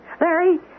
Larry